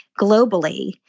globally